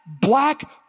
black